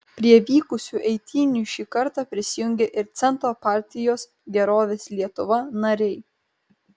prie vykusių eitynių šį kartą prisijungė ir centro partijos gerovės lietuva nariai